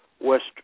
West